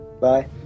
Bye